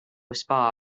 spa